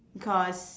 because